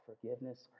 forgiveness